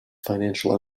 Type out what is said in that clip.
financial